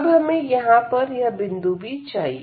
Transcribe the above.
अब हमें यहां पर यह बिंदु भी चाहिए